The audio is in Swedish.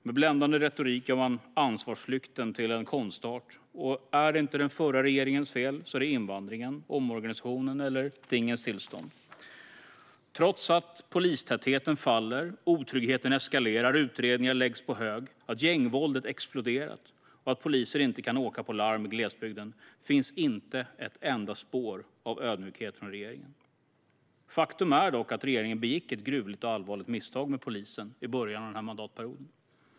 Med bländande retorik gör man ansvarsflykten till en konstart. Om det inte är den förra regeringens fel är det invandringen, omorganisationen eller tingens tillstånd som det beror på. Trots att polistätheten faller, att otryggheten eskalerar, att utredningar läggs på hög, att gängvåldet har exploderat och att poliser inte kan åka på larm i glesbygden finns inte ett enda spår av ödmjukhet hos regeringen. Faktum är dock att regeringen begick ett gruvligt misstag med polisen i början av denna mandatperiod.